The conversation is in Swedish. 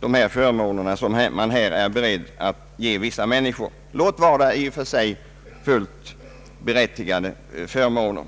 de förmåner som man är beredd att ge vissa människor — låt vara från vissa jämförelsegrunder — i och för sig fullt berättigade förmåner.